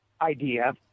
idea